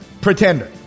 Pretender